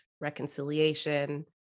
reconciliation